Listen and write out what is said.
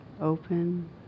Open